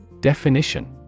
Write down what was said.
Definition